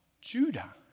Judah